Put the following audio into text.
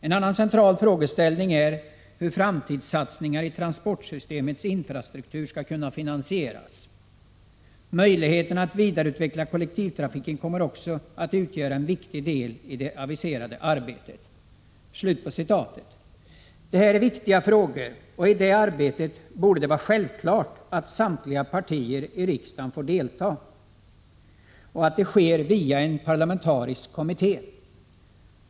En annan central frågeställning är hur framtidssatsningar i transportsystemets infrastruktur skall kunna finansieras. Möjligheterna att vidareutveckla kollektivtrafiken kommer också att utgöra en viktig del i det aviserade arbetet.” Detta är viktiga frågor, och det borde vara självklart att samtliga partier i riksdagen får delta i arbetet samt att det sker via en parlamentarisk kommitté.